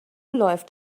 läuft